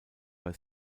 bei